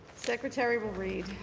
secretary will read.